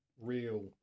real